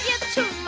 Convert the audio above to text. so